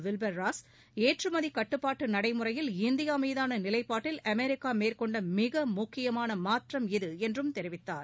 விவ்பர் Ross ஏற்றுமதிகட்டுப்பாட்டுநடைமுறையில் இந்தியாமீதானநிலைபாட்டில் அமெரிக்காமேற்கொண்டமிகமுக்கியமானமாற்றம் இது என்றும் தெரிவித்தார்